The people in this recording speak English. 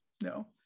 no